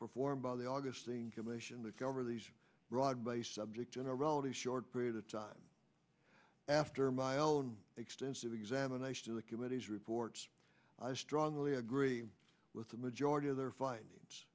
performed by the augustine commission to cover these broad based subject generalities short period of time after my own extensive examination of the committee's reports i strongly agree with the majority of their findings